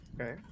Okay